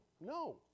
no